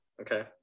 Okay